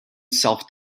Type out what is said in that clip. self